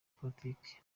politiki